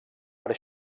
per